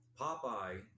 Popeye